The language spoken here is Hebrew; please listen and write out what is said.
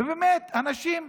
ובאמת אנשים,